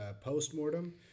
post-mortem